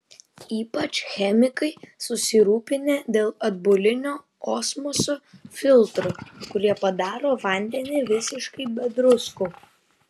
ypač chemikai susirūpinę dėl atbulinio osmoso filtrų kurie padaro vandenį visiškai be druskų